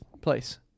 place